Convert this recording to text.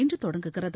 இன்றுதொடங்குகிறது